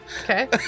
Okay